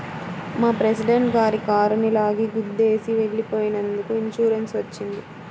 మా ప్రెసిడెంట్ గారి కారుని లారీ గుద్దేసి వెళ్ళిపోయినందుకు ఇన్సూరెన్స్ వచ్చింది